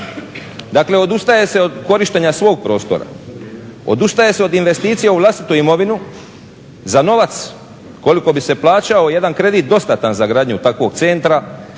Dakle, odustaje se od korištenja svog prostora, odustaje se od investicija u vlastitu imovinu za novac koliko bi se plaćao jedan kredit dostatan za gradnju takvog centra